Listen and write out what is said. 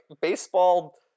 baseball